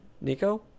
Nico